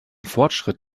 fortschritt